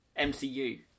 MCU